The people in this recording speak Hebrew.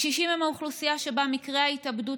הקשישים הם האוכלוסייה שבה מספר מקרי ההתאבדות